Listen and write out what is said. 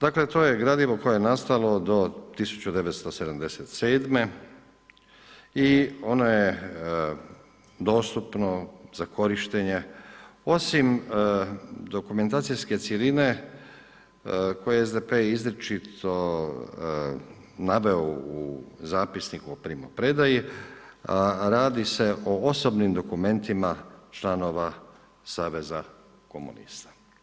Dakle, to je gradivo koje je nastalo do 1977. i ono je dostupno za korištenje osim dokumentacijske cjeline koju je SDP izričito naveo u zapisniku o primopredaju, a radi se o osobnim dokumentima članova saveza komunista.